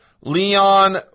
Leon